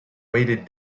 weighted